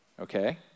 okay